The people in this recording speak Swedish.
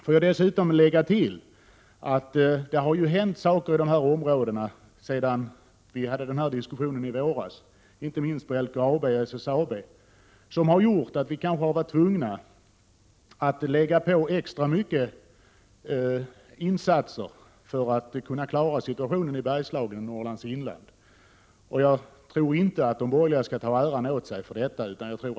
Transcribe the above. Får jag tillägga att det ju har hänt saker i de här områdena sedan vi diskuterade i våras, inte minst på LKAB och SSAB, som har gjort att vi blivit tvungna att göra extra insatser för att klara situationen i Bergslagen och Norrlands inland. Jag tror inte att de borgerliga skall ta åt sig äran när det gäller detta.